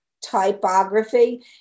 typography